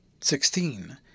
Sixteen